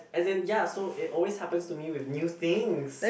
as in ya so it always happens to me with new things